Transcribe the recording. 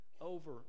over